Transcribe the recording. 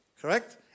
correct